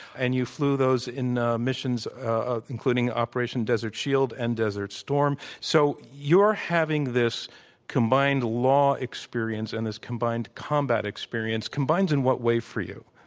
and you flew those in ah missions ah including operation desert shield and desert storm. so your having this combined law experience and this combined combat experience combines in what way for you?